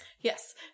Yes